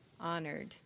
honored